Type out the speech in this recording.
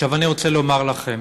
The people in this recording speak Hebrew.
עכשיו, אני רוצה לומר לכם: